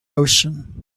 ocean